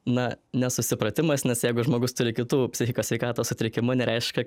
na nesusipratimas nes jeigu žmogus turi kitų psichikos sveikatos sutrikimų nereiškia